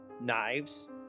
knives